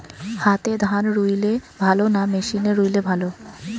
হাতে ধান রুইলে ভালো না মেশিনে রুইলে ভালো?